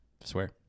swear